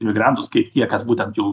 imigrantus kaip tie kas būtent jau